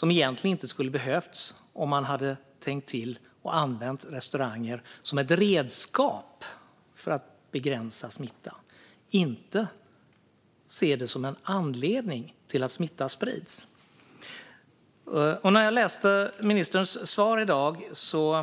Den skulle inte ha behövts om man hade tänkt till och använt restauranger som ett redskap för att begränsa smitta och inte sett dem som en anledning till att smitta sprids. När jag läste socialministerns svar i dag insåg